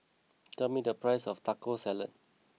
tell me the price of Taco Salad